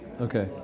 Okay